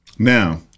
Now